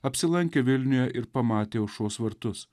apsilankė vilniuje ir pamatė aušros vartus